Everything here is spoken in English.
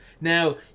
Now